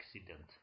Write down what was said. accident